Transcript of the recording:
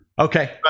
Okay